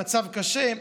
המצב קשה,